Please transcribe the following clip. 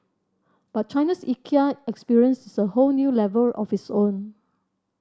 but China's Ikea experience is a whole new level of its own